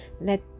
let